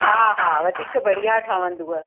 हा हा वधीक बढ़िया ठहंदव